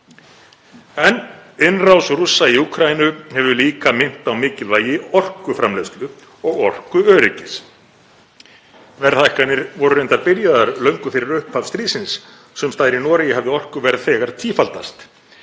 En innrás Rússa í Úkraínu hefur líka minnt á mikilvægi orkuframleiðslu og orkuöryggis. Verðhækkanir voru reyndar byrjaðar löngu fyrir upphaf stríðsins. Sums staðar í Noregi hafði orkuverð þegar tífaldast.